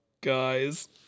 guys